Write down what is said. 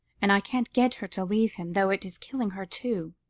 and i can't get her to leave him, though it is killing her, too.